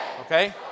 Okay